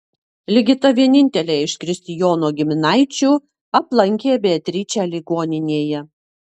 ligita vienintelė iš kristijono giminaičių aplankė beatričę ligoninėje